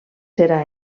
serà